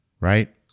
right